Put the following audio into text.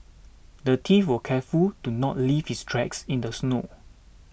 the thief was careful to not leave his tracks in the snow